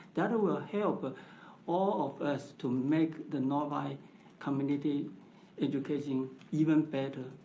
that will help ah all of us to make the novi community education even better.